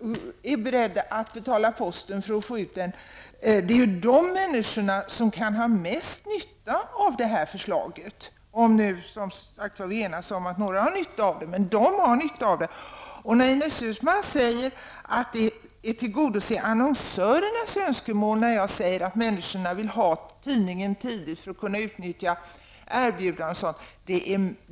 inte är beredd att betala posten vad det kostar att få ut tidningen som kan ha den största nyttan av en förändring enligt det här förslaget. Om det alltså är någon som har nytta av en sådan här förändring är det just dessa människor. Ines Uusmann säger att det är att tillgodose annonsörernas önskemål att, som jag gjorde, säga att människor vill ha sin tidning tidigt på dagen för att t.ex. kunna utnyttja erbjudanden. Nej, så är det inte.